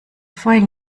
vorhin